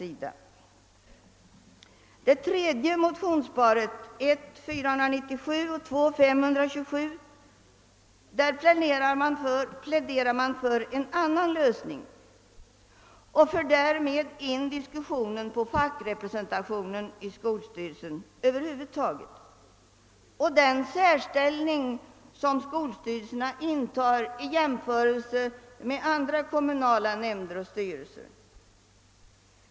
I det tredje motionsparet, I:497 och II: 527, pläderar man för en annan lösning och för därvid in diskussionen på fackrepresentationen i skolstyrelserna över huvud taget och den särställning som dessa intar i jämförelse med andra kommunala nämnder och styrelser.